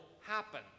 happen